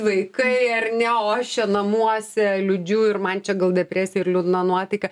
vaikai ar ne o aš čia namuose liūdžiu ir man čia gal depresija ir liūdna nuotaika